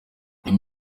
ibi